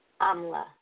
Amla